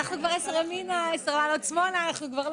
אנחנו פותחים את הדיון על הצעת חוק ביטוח